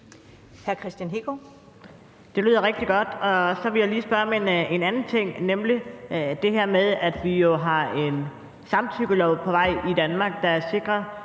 Det lyder rigtig godt. Og så vil jeg lige spørge om en anden ting, nemlig det her med, at vi har en samtykkelov på vej i Danmark, der sikrer